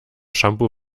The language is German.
shampoo